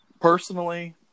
personally